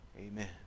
amen